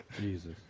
Jesus